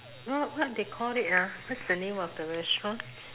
no what they call it ah what's the name of the restaurant